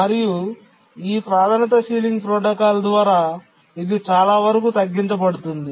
మరియు ఈ ప్రాధాన్యత సీలింగ్ ప్రోటోకాల్ ద్వారా ఇది చాలా వరకు తగ్గించబడుతుంది